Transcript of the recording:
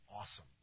Awesome